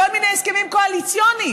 בכל מיני הסכמים קואליציוניים,